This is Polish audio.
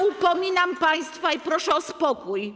Upominam państwa i proszę o spokój.